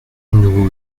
nous